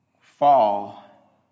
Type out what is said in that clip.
fall